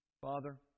Father